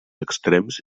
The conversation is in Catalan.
extrems